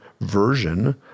version